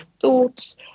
thoughts